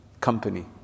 company